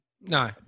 No